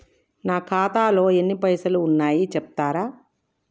నా ఖాతాలో ఎన్ని పైసలు ఉన్నాయి చెప్తరా?